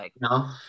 No